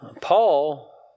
Paul